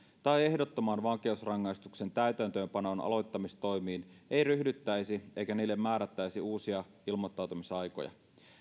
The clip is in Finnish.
tai ehdottoman vankeusrangaistuksen täytäntöönpanon aloittamistoimiin ei ryhdyttäisi eikä niille määrättäisi uusia ilmoittautumisaikoja